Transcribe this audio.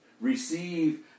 Receive